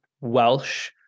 Welsh